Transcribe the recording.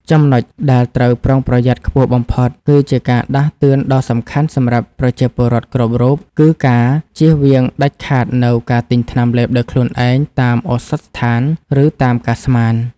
ចំណុចដែលត្រូវប្រុងប្រយ័ត្នខ្ពស់បំផុត និងជាការដាស់តឿនដ៏សំខាន់សម្រាប់ប្រជាពលរដ្ឋគ្រប់រូប គឺការជៀសវាងដាច់ខាតនូវការទិញថ្នាំលេបដោយខ្លួនឯងតាមឱសថស្ថាន ឬតាមការស្មាន។